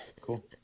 Cool